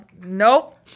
Nope